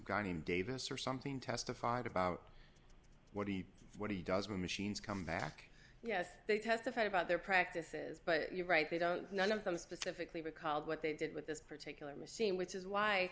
named davis or something testified about what he what he does when machines come back yes they testified about their practices but you're right they don't none of them specifically recalled what they did with this particular machine which is why